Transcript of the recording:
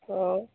অঁ